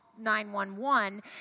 911